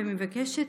ומבקשת,